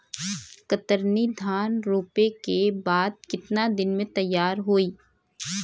कतरनी धान रोपे के बाद कितना दिन में तैयार होई?